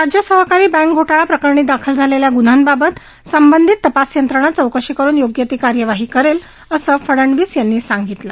राज्य सहकारी बँक घोटाळा प्रकरणी दाखल झालेल्या गुन्ह्यांबाबत संबंधित तपास यंत्रणा चौकशी करून योग्य ती कार्यवाही करेल अस फडनवीस यांनी सांगितलं